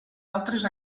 altres